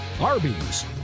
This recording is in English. Arby's